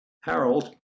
Harold